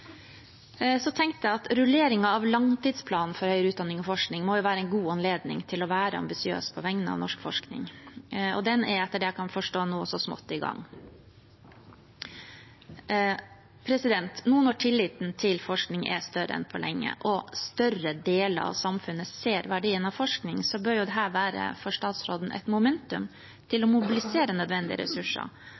Jeg tenkte at rulleringen av langtidsplanen for høyere utdanning og forskning må være en god anledning til å være ambisiøs på vegne av norsk forskning. Den er, etter det jeg kan forstå nå, så smått i gang. Nå når tilliten til forskning er større enn på lenge, og større deler av samfunnet ser verdien av forskning, bør dette være et momentum for statsråden til å mobilisere nødvendige ressurser